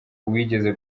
wigeze